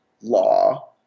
law